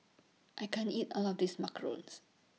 I can't eat All of This Macarons